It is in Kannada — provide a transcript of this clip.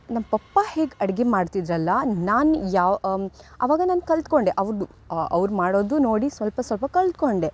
ನಮ್ಮ ಪಪ್ಪ ಹೇಗೆ ಅಡ್ಗಿ ಮಾಡ್ತಿದ್ದರಲ್ಲ ನಾನು ಯಾವ ಆವಾಗ ನಾನು ಕಲ್ತ್ಕೊಂಡೆ ಔಡು ಅವ್ರು ಮಾಡೋದು ನೋಡಿ ಸ್ವಲ್ಪ ಸ್ವಲ್ಪ ಕಲ್ತ್ಕೊಂಡೆ